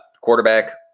quarterback